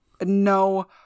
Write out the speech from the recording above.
no